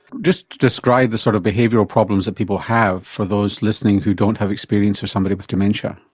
just describe the sort of behavioural problems that people have for those listening who don't have experience of somebody with dementia.